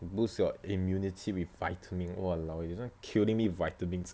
boost your immunity with vitamin !walao! eh this [one] killing me with vitamins